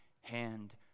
hand